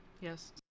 Yes